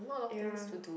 ya